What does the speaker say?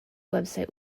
website